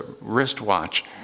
wristwatch